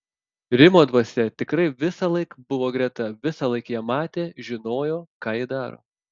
rimo dvasia tikrai visąlaik buvo greta visąlaik ją matė žinojo ką ji daro